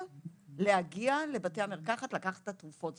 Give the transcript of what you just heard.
להגיע לבתי המרקחת לקחת את התרופות.